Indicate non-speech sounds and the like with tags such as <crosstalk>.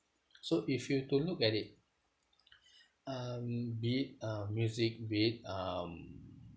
so if you were to look at it <noise> um be it um music be it um